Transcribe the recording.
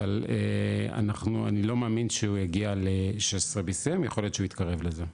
אבל אני לא מאמין שהוא יגיע ל- 16 BCM יכול להיות שהוא יתקרב לזה.